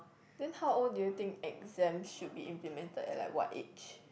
then how old do you think exams should be implemented at like what age